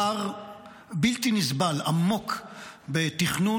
פער בלתי נסבל, עמוק, בתכנון